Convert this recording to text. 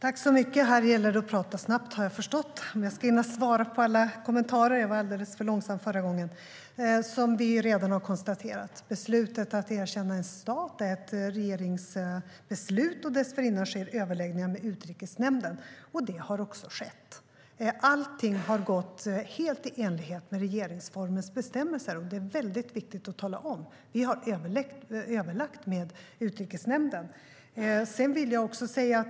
Fru talman! Här gäller det att tala snabbt, har jag förstått, om jag ska hinna svara på alla kommentarer. Jag talade alldeles för långsamt förra gången. Som vi redan har konstaterat är beslutet att erkänna en stat ett regeringsbeslut, och dessförinnan sker överläggningar med Utrikesnämnden. Det har också skett. Allting har gått helt i enlighet med regeringsformens bestämmelser. Det är väldigt viktigt att tala om. Vi har överlagt med Utrikesnämnden.